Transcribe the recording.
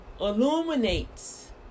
illuminates